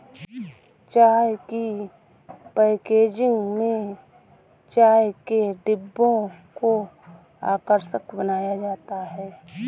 चाय की पैकेजिंग में चाय के डिब्बों को आकर्षक बनाया जाता है